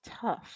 tough